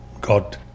God